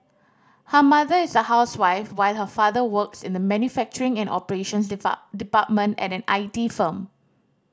her mother is a housewife while her father works in the manufacturing and operations depart department at an I T firm